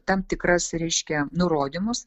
tam tikras reiškia nurodymus